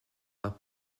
par